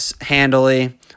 handily